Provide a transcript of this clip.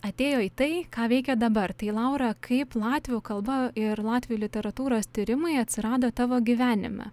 atėjo į tai ką veikia dabar tai laura kaip latvių kalba ir latvių literatūros tyrimai atsirado tavo gyvenime